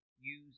use